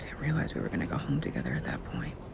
realize we were gonna go home together at that point.